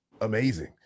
amazing